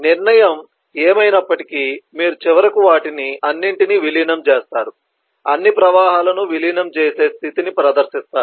నిర్ణయం ఏమైనప్పటికీ మీరు చివరకు వాటిని అన్నింటినీ విలీనం చేస్తారు అన్ని ప్రవాహాలను విలీనం చేసి స్థితిని ప్రదర్శిస్తారు